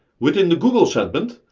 within the google segment,